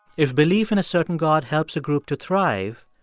if belief in a certain god helps a group to thrive,